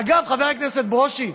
אגב, חבר הכנסת ברושי,